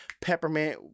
Peppermint